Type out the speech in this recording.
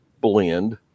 blend